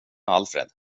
alfred